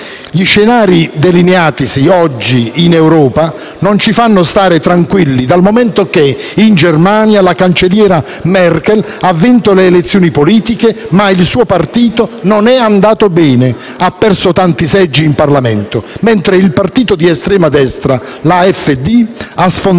gli scenari delineatesi oggi in Europa non ci fanno star tranquilli, dal momento che in Germania la cancelliera Merkel ha vinto le elezioni politiche, ma il suo partito non è andato bene e ha perso tanti seggi in Parlamento, mentre il partito di estrema destra AfD ha sfondato,